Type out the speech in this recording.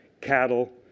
cattle